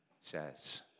says